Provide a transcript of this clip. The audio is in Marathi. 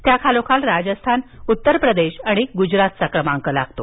त्याखालोखाल राजस्थान उत्तरप्रदेश आणि गुजरातचा क्रमांक लागतो